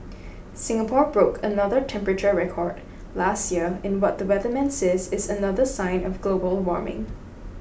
Singapore broke another temperature record last year in what the weatherman says is another sign of global warming